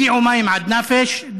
הגיעו מים עד נפש.